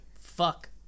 fuck